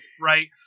right